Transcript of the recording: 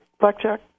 Blackjack